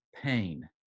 pain